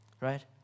right